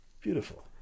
beautiful